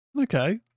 okay